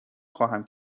خواهم